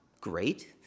great